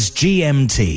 gmt